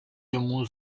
йому